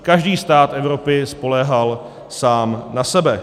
Každý stát Evropy spoléhal sám na sebe.